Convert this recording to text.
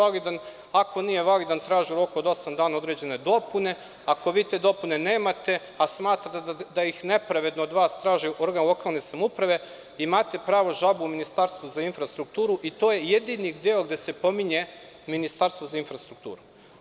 Ako nije validan, traže u roku od osam dana određene dopune, ako vi te dopune nemate, a smatrate da ih nepravedno od vas traži organ lokalne samouprave, imate pravo žalbe u Ministarstvu za infrastrukturu i to je jedini deo gde se pominje Ministarstvo za infrastrukturu.